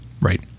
Right